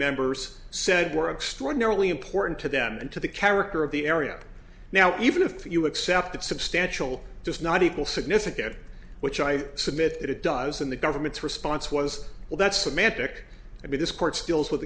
members said were extraordinarily important to them and to the character of the area now even if you accept it substantial does not equal significance which i submit that it does in the government's response was well that's the mantic i mean this court skills